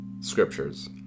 scriptures